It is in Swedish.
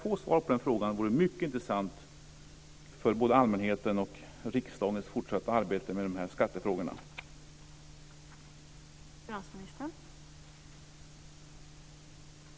Det vore mycket intressant för både allmänheten och riksdagens fortsatta arbete med dessa skattefrågor att få svar på den frågan.